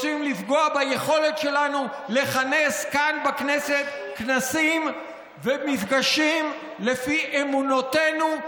רוצים לפגוע ביכולת שלנו לכנס כאן בכנסת כנסים ומפגשים לפי אמונותינו,